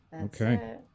okay